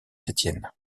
etienne